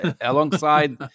alongside